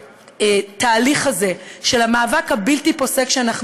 בתהליך הזה של המאבק הבלתי-פוסק שאנו